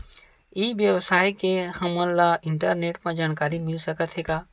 ई व्यवसाय से हमन ला इंटरनेट मा जानकारी मिल सकथे का?